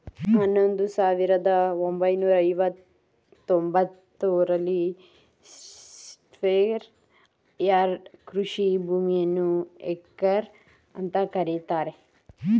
ಹನ್ನೊಂದು ಸಾವಿರದ ಒಂಬೈನೂರ ಐವತ್ತ ಒಂಬತ್ತು ಸ್ಕ್ವೇರ್ ಯಾರ್ಡ್ ಕೃಷಿ ಭೂಮಿಯನ್ನು ಹೆಕ್ಟೇರ್ ಅಂತ ಕರೀತಾರೆ